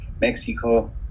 Mexico